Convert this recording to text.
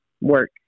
work